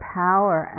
power